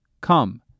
Come